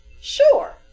Sure